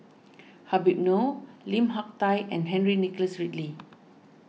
Habib Noh Lim Hak Tai and Henry Nicholas Ridley